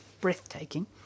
breathtaking